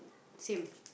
same